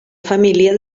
família